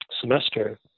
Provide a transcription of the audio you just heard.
semester